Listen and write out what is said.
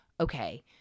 okay